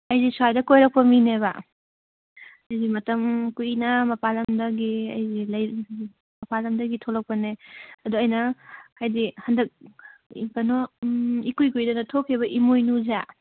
ꯑꯩꯁꯤ ꯁ꯭ꯋꯥꯏꯗ ꯀꯣꯏꯔꯛꯄ ꯃꯤꯅꯦꯕ ꯑꯩꯁꯤ ꯃꯇꯝ ꯀꯨꯏꯅ ꯃꯄꯥꯟ ꯂꯝꯗꯒꯤ ꯑꯩꯁꯦ ꯃꯄꯥꯟ ꯂꯝꯗꯒꯤ ꯊꯣꯛꯂꯛꯄꯅꯦ ꯑꯗꯨ ꯑꯩꯅ ꯍꯥꯏꯕꯗꯤ ꯍꯟꯗꯛ ꯀꯩꯅꯣ ꯎꯝ ꯏꯀꯨꯏ ꯀꯨꯏꯗꯅ ꯊꯣꯛꯈꯤꯕ ꯏꯃꯣꯏꯅꯨꯁꯦ